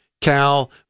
Cal